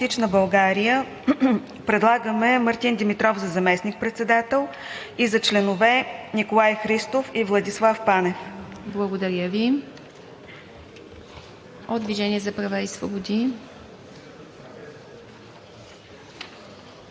От името на „Демократична България“ предлагаме Мартин Димитров за заместник-председател и за членове Николай Христов и Владислав Панев. ПРЕДСЕДАТЕЛ ИВА МИТЕВА: Благодаря Ви. От „Движение за права и свободи“?